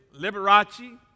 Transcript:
Liberace